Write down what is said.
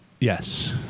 Yes